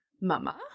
mama